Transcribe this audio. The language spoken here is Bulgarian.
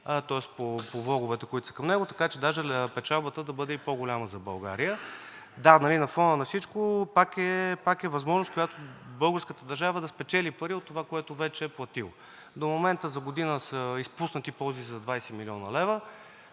тоест по влоговете, които са към него, така че даже печалбата да бъде и по-голяма за България. Да, на фона на всичко пак е възможност българската държава да спечели пари от това, което вече е платила. До момента за година са изпуснати ползи за 20 млн. лв.